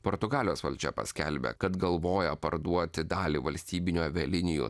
portugalijos valdžia paskelbė kad galvoja parduoti dalį valstybinių avialinijų